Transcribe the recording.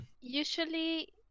usually